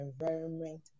environment